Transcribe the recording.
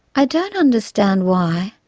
i don't understand why,